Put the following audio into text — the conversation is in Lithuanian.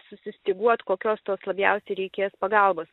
susistyguot kokios tos labiausiai reikės pagalbos